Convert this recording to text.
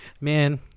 man